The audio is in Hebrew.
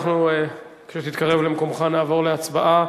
כשתתקרב למקומך, נעבור להצבעה